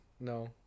No